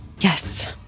Yes